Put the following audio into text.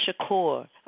Shakur